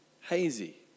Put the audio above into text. hazy